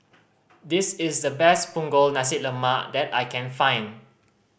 this is the best Punggol Nasi Lemak that I can find